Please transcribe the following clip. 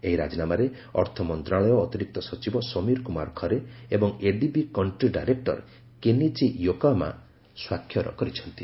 ଏହି ରାଜିନାମାରେ ଅର୍ଥମନ୍ତ୍ରଣାଳୟ ଅତିରିକ୍ତ ସଚିବ ସମୀର କୁମାର ଖରେ ଏବଂ ADB country director Kenichi Yokoyama ସ୍ୱାକ୍ଷର କରିଛନ୍ତି